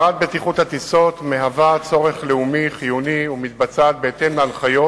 הגברת בטיחות הטיסות מהווה צורך לאומי חיוני ומתבצעת בהתאם להנחיות